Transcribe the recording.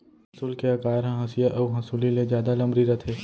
पौंसुल के अकार ह हँसिया अउ हँसुली ले जादा लमरी रथे